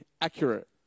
accurate